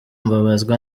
mbabazwa